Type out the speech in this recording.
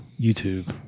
YouTube